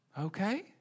okay